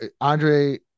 Andre